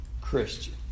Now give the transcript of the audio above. Christian